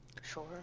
Sure